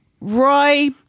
Roy